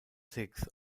sixth